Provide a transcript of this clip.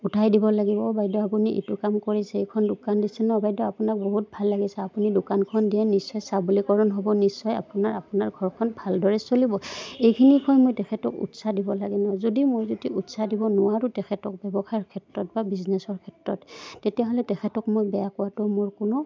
উঠাই দিব লাগিব অঁ বাইদেউ আপুনি এইটো কাম কৰিছে এইখন দোকান দিছে ন বাইদেউ আপোনাক বহুত ভাল লাগিছে আপুনি দোকানখন দিয়ে নিশ্চয় সবলীকৰণ হ'ব নিশ্চয় আপোনাৰ আপোনাৰ ঘৰখন ভালদৰে চলিব এইখিনি কৈ মই তেখেতক উৎসাহ দিব লাগে ন যদি মই যদি উৎসাহ দিব নোৱাৰোঁ তেখেতক ব্যৱসায়ৰ ক্ষেত্ৰত বা বিজনেছৰ ক্ষেত্ৰত তেতিয়াহ'লে তেখেতক মই বেয়া কোৱাটো মোৰ কোনো